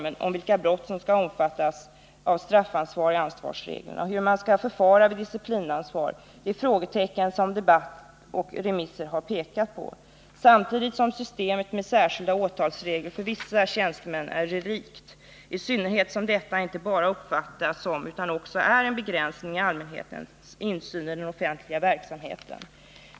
Det gäller vilka brott som skall omfattas av straffansvar i ansvarsreglerna och hur man skall förfara vid disciplinansvar — det är frågeställningar som debatt och remisser har pekat på. Samtidigt är systemet med särskilda åtalsregler för vissa tjänstemän en relikt, i synnerhet som detta inte bara uppfattas som utan också är en begränsning i allmänhetens insyn i den offentliga verksamheten.